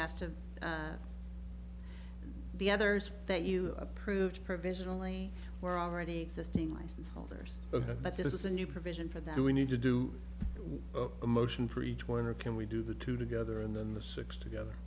asked of the others that you approved provisionally were already existing license holders but this is a new provision for that we need to do a motion for each one or can we do the two together and then the six together